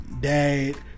dad